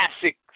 classic